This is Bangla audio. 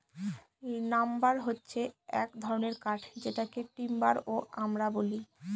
লাম্বার হছে এক ধরনের কাঠ যেটাকে টিম্বার ও আমরা বলি